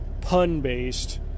pun-based